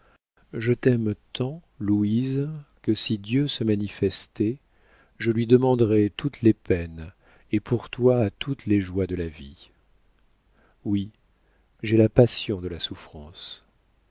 je t'aime tant louise que si dieu se manifestait je lui demanderais toutes les peines et pour toi toutes les joies de la vie oui j'ai la passion de la souffrance